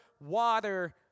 water